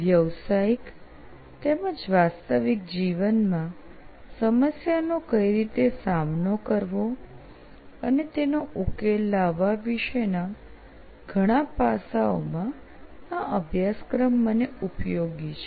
વ્યયસાયિક તેમજ વાસ્તવિક જીવનમાં સમસ્યાનો કઈ રીતે સામનો કરવો અને તેનો ઉકેલ લાવવા વિશેના ઘણા પાસાઓમાં આ અભ્યાસક્રમ મને ઉપયોગી છે